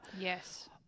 Yes